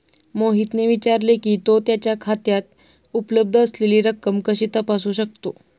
मोहितने विचारले की, तो त्याच्या खात्यात उपलब्ध असलेली रक्कम कशी तपासू शकतो?